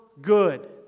good